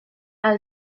and